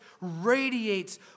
radiates